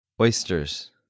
oysters